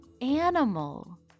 animal